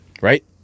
right